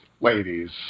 Ladies